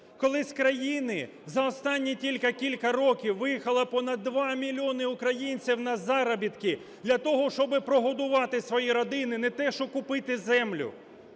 коли з країни за останні тільки кілька років виїхало понад 2 мільйони українців на заробітки для того, щоби прогодувати свої родини, не те що купити землю?